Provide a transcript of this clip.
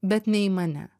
bet ne į mane